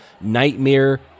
nightmare